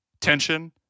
tension